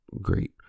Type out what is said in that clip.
Great